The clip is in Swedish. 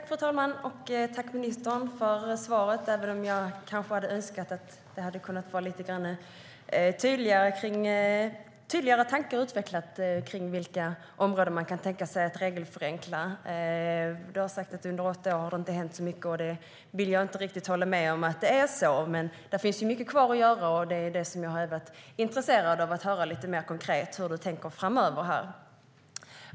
Fru talman! Jag tackar ministern för svaret, även om jag kanske hade önskat att det hade varit lite tydligare tankar utvecklade kring vilka områden man kan tänka sig att regelförenkla. Ministern har sagt att det inte har hänt så mycket under åtta år. Jag vill inte riktigt hålla med om att det är så, men det finns mycket kvar att göra. Jag är intresserad av att höra lite mer konkret hur ministern tänker framöver.